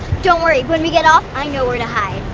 don't worry. when we get off, i know where to hide.